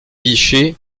guichets